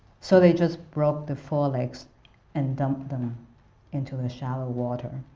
so they just broke the four legs and dumped them into the shallow water.